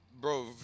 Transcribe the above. bro